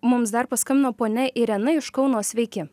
mums dar paskambino ponia irena iš kauno sveiki